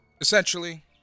Essentially